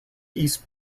east